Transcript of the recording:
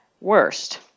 worst